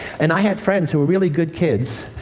and i had friends who were really good kids,